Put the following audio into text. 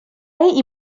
ell